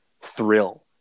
thrill